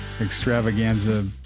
extravaganza